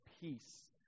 peace